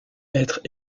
être